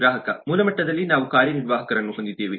ಗ್ರಾಹಕ ಮೂಲ ಮಟ್ಟದಲ್ಲಿ ನಾವು ಕಾರ್ಯನಿರ್ವಾಹಕರನ್ನು ಹೊಂದಿದ್ದೇವೆ